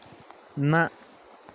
نہ